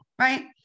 right